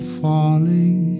falling